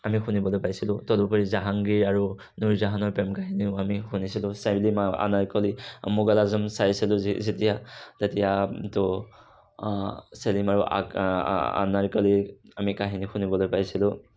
আমি শুনিবলৈ পাইছিলোঁ তদুপৰি জাহাঙ্গীৰ আৰু নুৰজাহানৰ প্ৰেম কাহিনীও আমি শুনিছিলোঁ চেলিম আৰু আনাৰকলি মোগল আজম চাইছিলোঁ যে যেতিয়া তেতিয়া ত' চেলিম আৰু আনাৰকলিৰ আমি কাহিনী শুনিবলৈ পাইছিলোঁ